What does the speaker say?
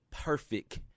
perfect